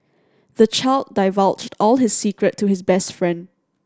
the child divulged all his secret to his best friend